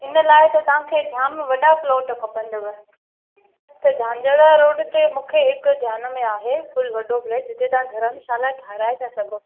हिन लाइ त तव्हांखे जाम वॾा प्लॉट खपंदव त झांझणा रोड ते मूंखे हिकु ध्यानु में आहे फ़ुल वॾो प्लॉट जिते तव्हां धरमशाला ठाहिराए था सघो